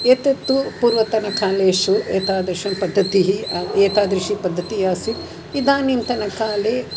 एतत्तु पूर्वतनकालेषु एतादृशी पद्धतिः एतदृशी पद्धतिः आसीत् इदानीन्तन काले